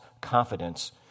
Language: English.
confidence